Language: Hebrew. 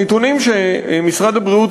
הנתונים שמשרד הבריאות